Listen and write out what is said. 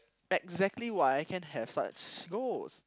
exactly why I can have such goals